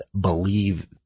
believe